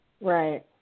Right